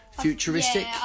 futuristic